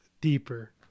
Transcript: deeper